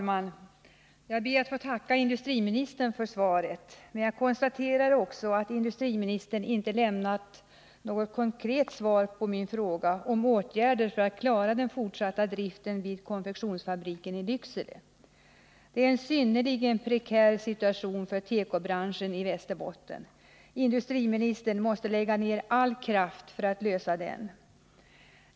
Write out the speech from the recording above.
Fru talman! Jag ber att få tacka industriministern för svaret. Men jag konstaterar också att industriministern inte lämnar något konkret svar på min fråga om åtgärder för att klara den fortsatta driften vid konfektionsfabriken i Lycksele. Det är en synnerligen prekär situation för tekobranschen i Västerbotten. Industriministern måste lägga ner all kraft för att lösa den.